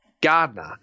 gardener